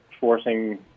Forcing